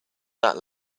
that